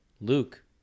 Luke